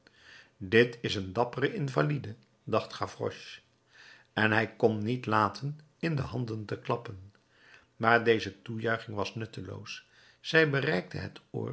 dit is een dappere invalide dacht gavroche en hij kon niet laten in de handen te klappen maar deze toejuiching was nutteloos zij bereikte het